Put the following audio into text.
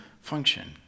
function